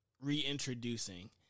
reintroducing